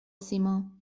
سیما